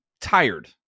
tired